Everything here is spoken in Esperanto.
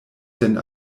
sen